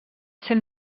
sent